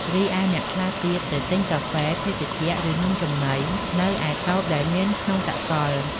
រីឯអ្នកខ្លះទៀតទៅទិញកាហ្វេ ភេសជ្ជៈ ឬនំចំណី នៅឯតូបដែលមានក្នុងសកល។